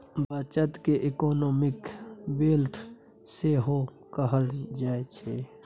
बचत केँ economic wealth सेहो कहल जाइ छै